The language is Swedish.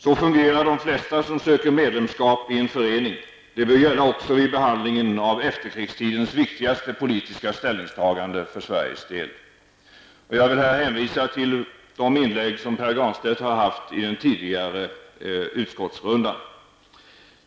Så fungerar de flesta som söker medlemskap i en förening. Det bör gälla också vid behandlingen av efterkrigstidens viktigaste politiska ställningstagande för Sveriges del. Jag vill här hänvisa till de inlägg som Pär Granstedt i en tidigare utskottsrunda har gjort.